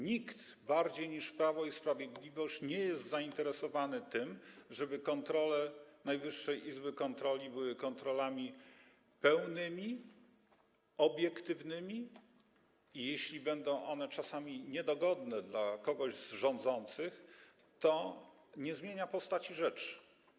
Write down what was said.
Nikt bardziej niż Prawo i Sprawiedliwość nie jest zainteresowany tym, żeby kontrole Najwyższej Izby Kontroli były kontrolami pełnymi, obiektywnymi i jeśli będą one czasami niedogodne dla kogoś z rządzących, to nie zmienia postaci rzeczy.